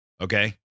okay